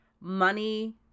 money